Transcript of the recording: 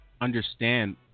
Understand